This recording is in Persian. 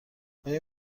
آیا